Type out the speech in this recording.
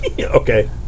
Okay